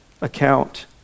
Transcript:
account